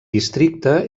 districte